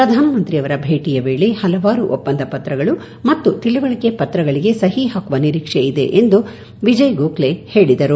ಪ್ರಧಾನ ಮಂತ್ರಿಯವರ ಭೇಟಯ ವೇಳೆ ಹಲವಾರು ಒಪ್ಪಂದ ಪತ್ರಗಳು ಮತ್ತು ತಿಳುವಳಿಕೆ ಪತ್ರಗಳಿಗೆ ಸಹಿ ಹಾಕುವ ನಿರೀಕ್ಷೆ ಇಂದೆ ಎಂದು ವಿಜಯ್ ಗೋಖಲೆ ಹೇಳಿದರು